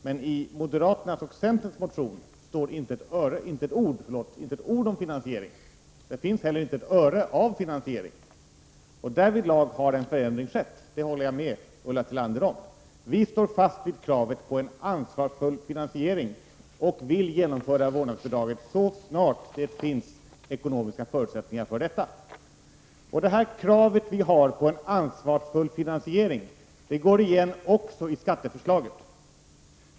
Men i moderaternas och centerns motion står inte ett enda ord om finansiering. Det finns inte heller ett öre av finansiering. Jag håller med Ulla Tillander om att det därvidlag har skett en förändring. Vi står fast vid kravet på en ansvarsfull finansiering och vill införa vårdnadsbidraget så snart det finns ekonomiska förutsättningar för det. Vårt krav på en ansvarsfull finansiering går igen också i skatteförslaget.